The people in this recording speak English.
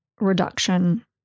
reduction